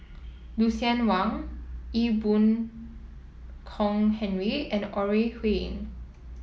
Lucien Wang Ee Boon Kong Henry and Ore Huiying